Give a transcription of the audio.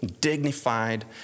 dignified